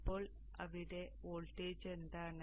അപ്പോൾ ഇവിടെ വോൾട്ടേജ് എന്താണ്